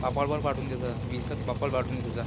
पापड पण पाठवून देजा वीस एक पापड पाठवून देजा